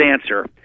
answer